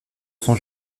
son